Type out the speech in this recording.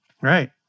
Right